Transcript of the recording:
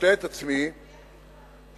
גברתי היושבת-ראש, אדוני ראש הממשלה, חברי הכנסת,